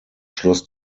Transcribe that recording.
schloss